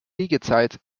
liegezeiten